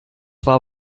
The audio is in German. war